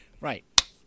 Right